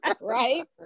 Right